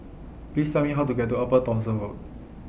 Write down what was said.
Please Tell Me How to get to Upper Thomson Road